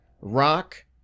rock